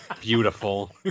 beautiful